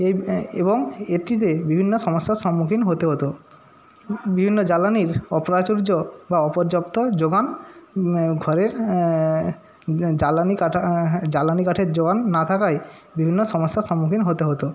এ এবং এএটিতে বিভিন্ন সমস্যার সম্মুখীন হতে হতো বিভিন্ন জ্বালানির অপ্রাচুর্য বা অপর্যাপ্ত জোগান ঘরের জ্বালানি কাটা জ্বালানি কাঠের জোগান না থাকায় বিভিন্ন সমস্যার সম্মুখীন হতে হতো